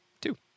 two